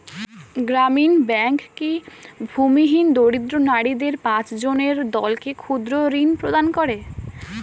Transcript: গ্রামীণ ব্যাংক কি ভূমিহীন দরিদ্র নারীদের পাঁচজনের দলকে ক্ষুদ্রঋণ প্রদান করে?